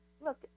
look